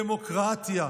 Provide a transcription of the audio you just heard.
דמוקרטיה.